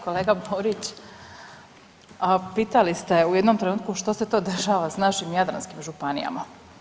Kolega Borić, pitali ste u jednom trenutku što se to dešava s našim jadranskim županijama.